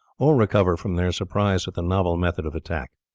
or recover from their surprise at the novel method of attack.